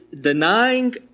denying